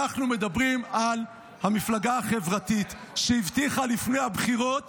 אנחנו מדברים על מפלגה חברתית שהבטיחה לפני הבחירות